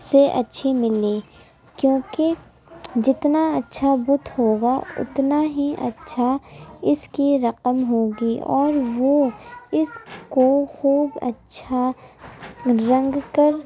سے اچھی ملی کیوںکہ جتنا اچھا بُت ہوگا اتنا ہی اچھا اِس کی رقم ہوگی اور وہ اِس کو خوب اچھا رنگ کر